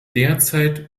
derzeit